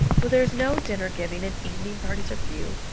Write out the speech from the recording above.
where there is no dinner-giving, and evening parties are few,